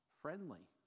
friendly